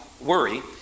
worry